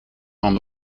van